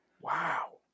Wow